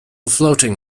floating